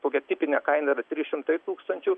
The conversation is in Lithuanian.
kokia tipinė kaina yra trys šimtai tūkstančių